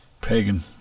Pagan